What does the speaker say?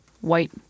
white